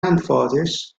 anffodus